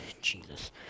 Jesus